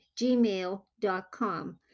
gmail.com